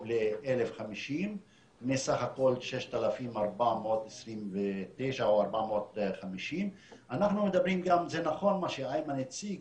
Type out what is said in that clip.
ל-1,050 מסך הכול 6,429 או 450. זה נכון מה שאיימן הציג,